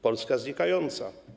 Polska znikająca.